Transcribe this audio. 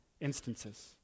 instances